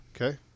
Okay